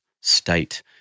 state